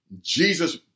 Jesus